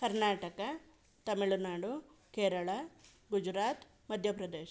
Karnataka Tamil Nadu Kerala Gujarat Madhya Pradesh